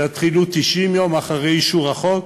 שיתחילו 90 יום אחרי אישור החוק,